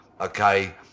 okay